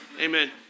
amen